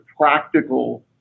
practical